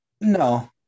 No